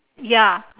ya